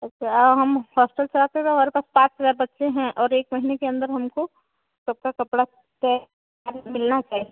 अच्छा हम हॉस्टल से आते हैं हमारे पास पाँच हज़ार बच्चे हैं और एक महीने के अन्दर हमको प्रॉपर कपड़ा पैक मिलना चाहिए